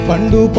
Pandu